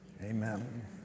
Amen